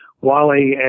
Wally